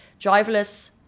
driverless